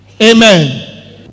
Amen